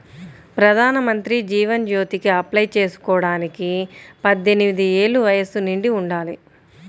ప్రధానమంత్రి జీవన్ జ్యోతికి అప్లై చేసుకోడానికి పద్దెనిది ఏళ్ళు వయస్సు నిండి ఉండాలి